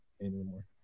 anymore